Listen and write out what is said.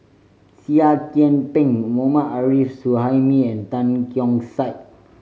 Seah Kian Peng Mohammad Arif Suhaimi and Tan Keong Saik